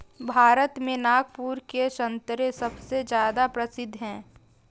भारत में नागपुर के संतरे सबसे ज्यादा प्रसिद्ध हैं